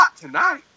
tonight